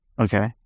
Okay